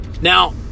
Now